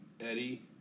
Eddie